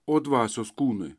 o dvasios kūnui